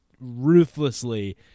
ruthlessly